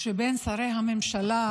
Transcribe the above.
שבין שרי הממשלה.